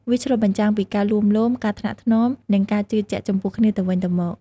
វាឆ្លុះបញ្ចាំងពីការលួងលោម ការថ្នាក់ថ្នម និងការជឿជាក់ចំពោះគ្នាទៅវិញទៅមក។